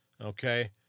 Okay